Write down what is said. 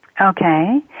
Okay